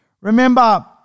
Remember